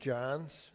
John's